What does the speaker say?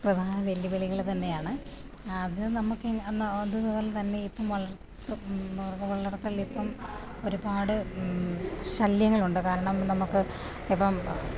പ്രധാന വെല്ലുവിളികള് തന്നെയാണ് അത് നമുക്ക് എന്താണ് അതുപോലെ തന്നെ ഇപ്പോള് വളർത്ത് വളർത്തലിലിപ്പോള് ഒരുപാട് ശല്യങ്ങളുണ്ട് കാരണം നമുക്ക് ഇപ്പോള്